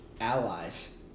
allies